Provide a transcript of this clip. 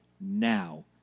now